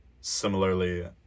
similarly